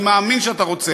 אני מאמין שאתה רוצה,